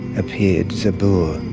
appeared zabur.